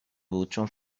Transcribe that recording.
بود، چون